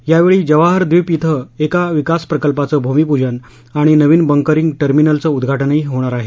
यावेळी जवाहर द्वीप धिं एका विकास प्रकल्पाचं भूमीपूजन आणि नवीन बंकरिंग टर्मिनलचं उद्घाटनही होणार आहे